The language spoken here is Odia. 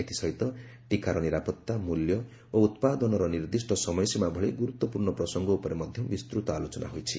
ଏଥିସହିତ ଟୀକାର ନିରାପତ୍ତା ମୂଲ୍ୟ ଓ ଉତ୍ପାଦନର ନିର୍ଦ୍ଦିଷ୍ଟ ସମୟସୀମା ଭଳି ଗୁରୁତ୍ୱପୂର୍ଣ୍ଣ ପ୍ରସଙ୍ଗ ଉପରେ ମଧ୍ୟ ବିସ୍ଚୃତ ଆଲୋଚନା ହୋଇଛି